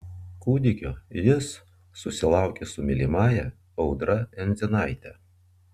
kūdikio jis susilaukė su mylimąja audra endzinaite